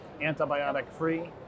antibiotic-free